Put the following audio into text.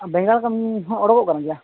ᱵᱮᱸᱜᱟᱲ ᱠᱚᱦᱚᱸ ᱚᱰᱚᱠᱚᱜ ᱠᱟᱱ ᱜᱮᱭᱟ